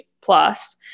plus